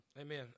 Amen